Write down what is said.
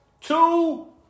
two